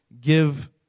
give